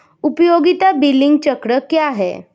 उपयोगिता बिलिंग चक्र क्या है?